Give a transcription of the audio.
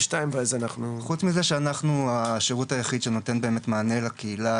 חוץ מזה שאנחנו השירות היחיד שנותן באמת מענה לקהילה,